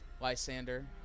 Lysander